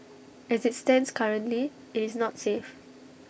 as IT stands currently IT is not safe